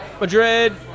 Madrid